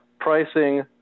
pricing